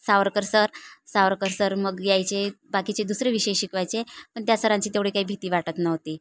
Savarkar sir Savarkar sir मग यायचे बाकीचे दुसरे विषय शिकवायचे पण त्या सरांची तेवढी काही भीती वाटत नव्हती